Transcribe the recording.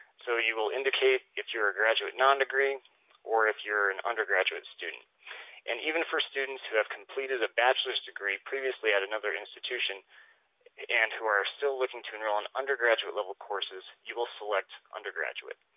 so you will indicate if your graduate non-degree or if you're an undergraduate student and even for students who have completed a bachelor's degree previously at another institution and who are still looking to enroll in undergraduate level courses you will select undergraduate.